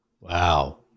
Wow